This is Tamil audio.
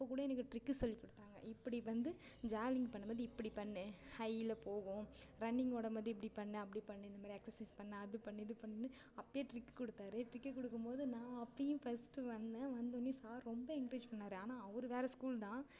அப்போது கூட எனக்கு ட்ரிக்கு சொல்லிக் கொடுத்தாங்க இப்படி வந்து ஜாவ்லிங் பண்ணும்போது இப்படி பண்ணு ஹையில் போகும் ரன்னிங் ஓடும்போது இப்படி பண்ணு அப்படி பண்ணு இந்தமாரி எக்சசைஸ் பண்ணு அது பண்ணு இது பண்ணுன்னு அப்போயே ட்ரிக் கொடுத்தாரு ட்ரிக் கொடுக்கும்போது நான் அப்போயும் ஃபஸ்ட்டு வந்தேன் வந்தோடனே சார் ரொம்ப என்கரேஜ் பண்ணாரு ஆனால் அவர் வேறு ஸ்கூல் தான்